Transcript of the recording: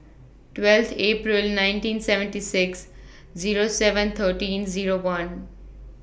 twelve April nineteen seventy six Zero seven thirteen Zero one